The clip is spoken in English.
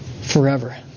forever